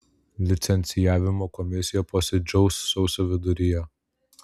licencijavimo komisija posėdžiaus sausio viduryje